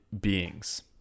beings